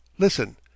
Listen